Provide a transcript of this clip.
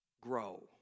grow